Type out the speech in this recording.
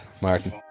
Martin